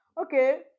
Okay